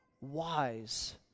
wise